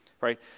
right